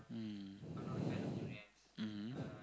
mm mmhmm